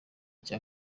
cya